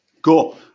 Cool